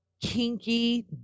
kinky